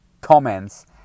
comments